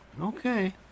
Okay